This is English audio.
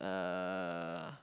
uh